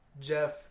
Jeff